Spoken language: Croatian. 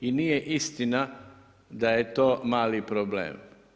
I nije istina da je to mali problem.